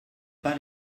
pas